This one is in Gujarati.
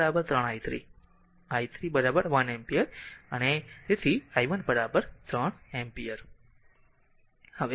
અને i 1 3 i 3 i 3 1 ampere so i 1 3 ampere